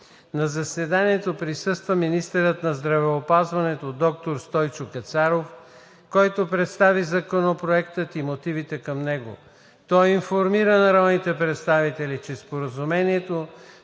На заседанието присъства министърът на здравеопазването доктор Стойчо Кацаров, който представи Законопроекта и мотивите към него. Той информира народните представители, че Споразумението,